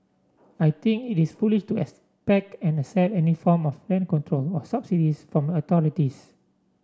I think it is foolish to expect and accept any form of rent control or subsidies from authorities